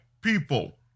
people